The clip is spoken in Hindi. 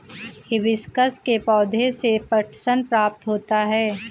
हिबिस्कस के पौधे से पटसन प्राप्त होता है